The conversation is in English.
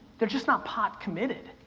they're just not pot committed.